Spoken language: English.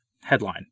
Headline